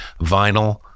vinyl